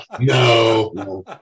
no